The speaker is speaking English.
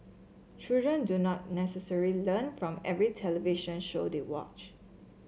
children do not necessarily learn from every television show they watch